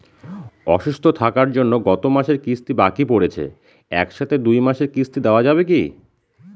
অসুস্থ থাকার জন্য গত মাসের কিস্তি বাকি পরেছে এক সাথে দুই মাসের কিস্তি দেওয়া যাবে কি?